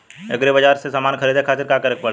Agri Bazaar से समान ख़रीदे खातिर का करे के पड़ेला?